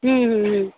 হুম হুম হুম